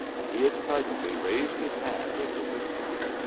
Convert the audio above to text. and he excitedly raised his hand in resistance.